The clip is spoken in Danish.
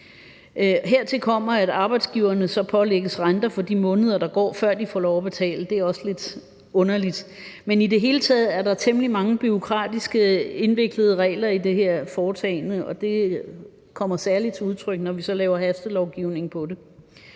Hertil kommer, at arbejdsgiverne så pålægges renter for de måneder, der går, før de får lov at betale. Det er også lidt underligt, men i det hele taget er der temmelig mange bureaukratiske, indviklede regler i det her foretagende, og det kommer særlig til udtryk, når vi så laver hastelovgivning om det.